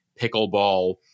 pickleball